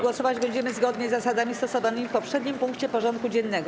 Głosować będziemy zgodnie z zasadami stosowanymi w poprzednim punkcie porządku dziennego.